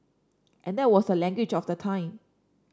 and that was the language of the time